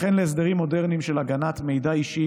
וכן להסדרים מודרניים של הגנת מידע אישי